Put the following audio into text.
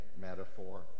metaphor